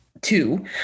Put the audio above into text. two